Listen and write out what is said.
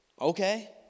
Okay